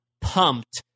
pumped